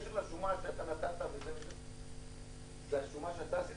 בקשר לשומה שנתת --- זה השומה שאתה עשית?